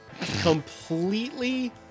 completely